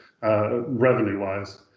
revenue-wise